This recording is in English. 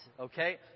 Okay